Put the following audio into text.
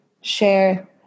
share